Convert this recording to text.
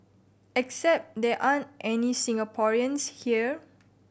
except there aren't any Singaporeans here